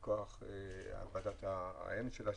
מוועדת האם שלהן,